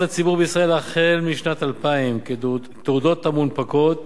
לציבור בישראל החל משנת 2000 כתעודות המונפקות